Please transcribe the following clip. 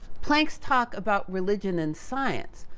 planck's talk about religion and science,